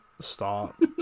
Stop